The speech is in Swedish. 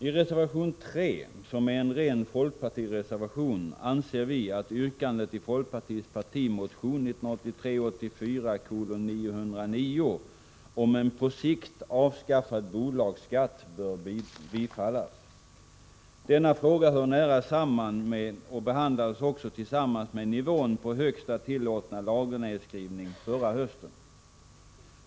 I reservation 3, som är en ren folkpartireservation, uttalar vi att yrkandet i folkpartiets partimotion 1983/84:909 om en på sikt avskaffad bolagsskatt bör bifallas. Denna fråga hör nära samman med och behandlades också tillsammans med nivån på högsta tillåtna lagernedskrivning förra hösten.